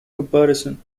comparison